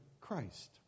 Christ